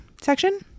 section